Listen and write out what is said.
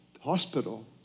hospital